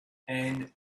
and